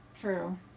True